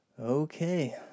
Okay